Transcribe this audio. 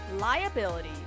liability